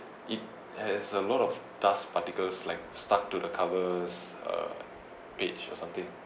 it has a lot of dust particles like stuck to the cover's uh page or something